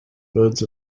birds